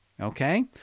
Okay